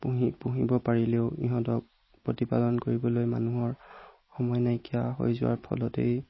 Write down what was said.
পুহি পুহিব পাৰিলেও ইহঁতক প্ৰতিপালন কৰিবলৈ মানুহৰ সময় নাইকিয়া হৈ যোৱাৰ ফলতেই